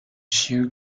sheer